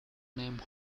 named